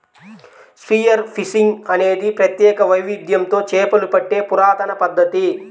spear fishing అనేది ప్రత్యేక వైవిధ్యంతో చేపలు పట్టే పురాతన పద్ధతి